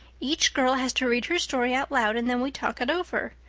each girl has to read her story out loud and then we talk it over.